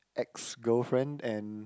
ex girlfriend and